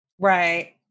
Right